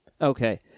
Okay